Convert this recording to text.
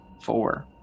four